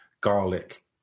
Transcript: garlic